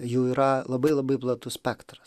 jų yra labai labai platus spektras